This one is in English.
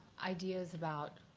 ideas about